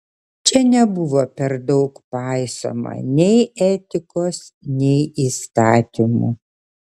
čia nebuvo per daug paisoma nei etikos nei įstatymų